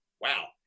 wow